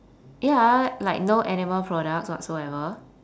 ya like no animal products whatsoever